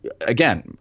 Again